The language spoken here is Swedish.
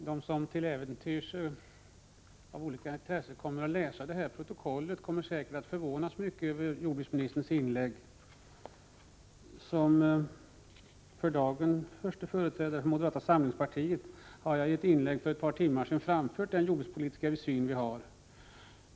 Herr talman! De som av olika intressen till äventyrs läser det här protokollet kommer säkert att förvånas mycket över jordbruksministerns inlägg. Som för dagen förste företrädare för moderata samlingspartiet har jag i ett inlägg för ett par timmar sedan framfört den syn på jordbrukspolitiken som vi har.